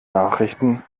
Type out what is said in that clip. nachrichten